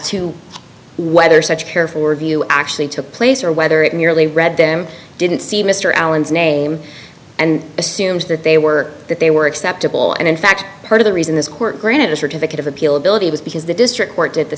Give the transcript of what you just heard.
to whether such careful review actually took place or whether it merely read them didn't see mr allen's name and assumes that they were that they were acceptable and in fact part of the reason this court granted a certificate of appeal ability was because the district